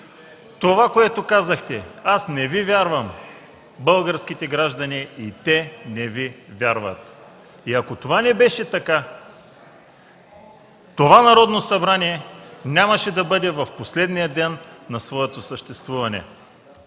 Това, което казахте, аз не Ви вярвам, българските граждани и те не Ви вярват. Ако това не беше така, това Народно събрание нямаше да бъде в последния ден на своето съществуване.